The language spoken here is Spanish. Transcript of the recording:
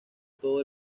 todo